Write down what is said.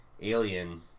Alien